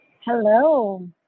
Hello